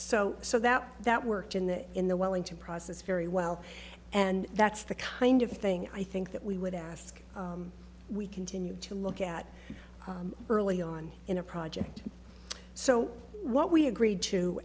so so that that worked in the in the wellington process very well and that's the kind of thing i think that we would ask we continue to look at early on in a project so what we agreed to